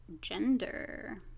gender